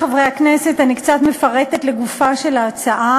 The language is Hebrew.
חברי חברי הכנסת, אני קצת מפרטת לגופה של ההצעה,